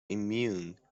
immune